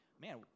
man